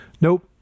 Nope